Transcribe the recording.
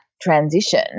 transition